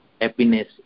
happiness